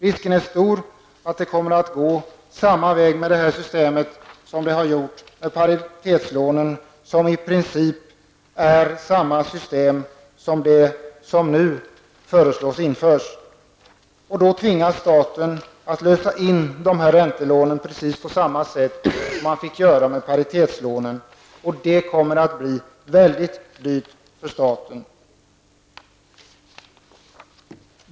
Risken är stor att det kommer att gå på samma sätt för detta system som det gjorde för paritetslånen, som i princip är samma system som det som nu föreslås bli infört. Då tvingas staten att lösa in de här räntelånen på precis samma sätt som man fick göra när det gällde paritetslånen, och det kommer att bli väldigt dyrt för staten.